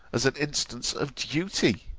as an instance of duty